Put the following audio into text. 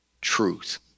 truth